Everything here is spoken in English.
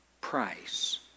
Price